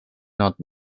not